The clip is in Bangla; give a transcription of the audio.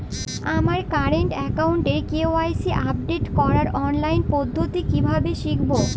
আমার কারেন্ট অ্যাকাউন্টের কে.ওয়াই.সি আপডেট করার অনলাইন পদ্ধতি কীভাবে শিখব?